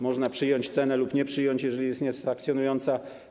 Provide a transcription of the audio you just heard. Można przyjąć cenę lub jej nie przyjąć, jeżeli jest niesatysfakcjonująca.